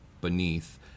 beneath